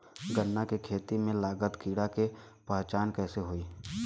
गन्ना के खेती में लागल कीड़ा के पहचान कैसे होयी?